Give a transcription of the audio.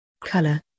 color